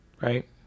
Right